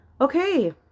Okay